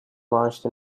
launched